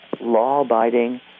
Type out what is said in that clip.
law-abiding